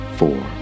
four